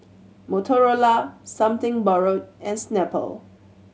Motorola Something Borrowed and Snapple